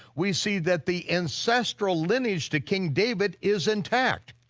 we see that the ancestral lineage to king david is intact,